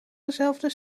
dezelfde